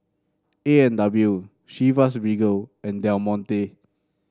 A and W Chivas Regal and Del Monte